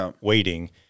waiting